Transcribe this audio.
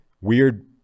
weird